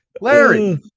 Larry